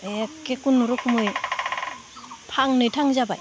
एखे खुनुरुखुमै फांनै थांजाबाय